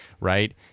right